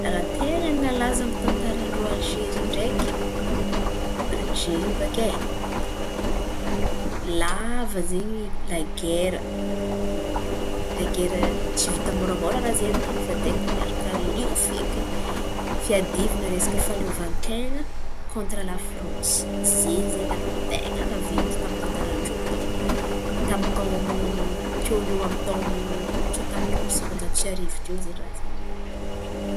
Raha ten̈a nalaza tamin'ny tantaran-drô Alzeria ndraiky, Alzeria baka e! Lava zen̈y lagera. Lagera tsy vita môramôra raha izen̈y, fa direkta miaraka amin'ny lio fekiny. Fiadivan̈a resaka fahaleovanten̈a kôntira la Fransy, zen̈y zen̈y ady ten̈a naventy tamin'ny tantaran-drô tao. Tamin'ny taon̈o, teo ho eo amin'ny taon̈o tsôtam-polo sivan-jato sy arivo teo ho eo zen̈y raha zen̈y.